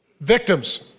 Victims